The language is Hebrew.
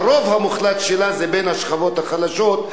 שהרוב המוחלט שלה הם מהשכבות החלשות,